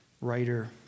writer